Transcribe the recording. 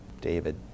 David